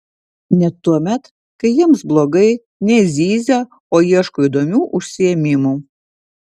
net tuomet kai jiems blogai nezyzia o ieško įdomių užsiėmimų